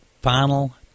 final